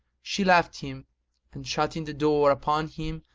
she left him and, shutting the door upon him,